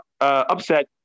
upset